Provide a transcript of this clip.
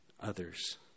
others